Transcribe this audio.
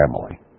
family